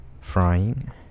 frying